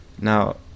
Now